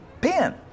pen